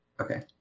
Okay